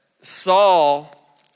Saul